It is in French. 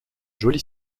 joli